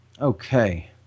Okay